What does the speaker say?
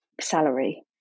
salary